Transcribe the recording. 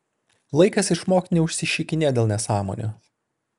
laikas išmokt neužsišikinėt dėl nesąmonių